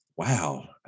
Wow